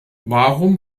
warum